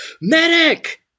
Medic